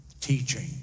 teaching